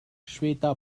shweta